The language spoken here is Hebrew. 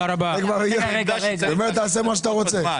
היא אומרת תעשה מה שאתה רוצה.